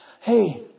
Hey